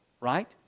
Right